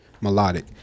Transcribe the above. Melodic